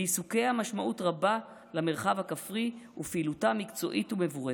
לעיסוקיה משמעות רבה למרחב הכפרי ופעילותה מקצועית ומבורכת.